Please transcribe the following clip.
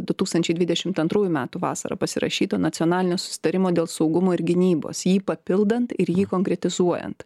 du tūkstančiai dvidešimt antrųjų metų vasarą pasirašyto nacionalinio susitarimo dėl saugumo ir gynybos jį papildant ir jį konkretizuojant